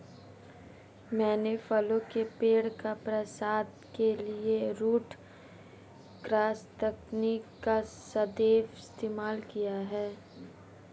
मैंने फलों के पेड़ का प्रसार के लिए रूट क्रॉस तकनीक का सदैव इस्तेमाल किया है